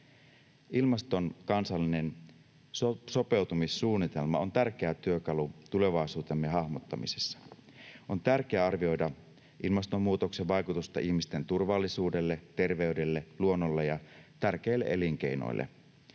Ilmaston kansallinen sopeutumissuunnitelma on tärkeä työkalu tulevaisuutemme hahmottamisessa. On tärkeää arvioida ilmastonmuutoksen vaikutusta ihmisten turvallisuudelle, terveydelle, luonnolle ja tärkeille elinkeinoille